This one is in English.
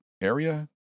area